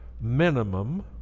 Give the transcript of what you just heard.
minimum